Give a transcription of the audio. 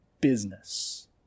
business